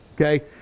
okay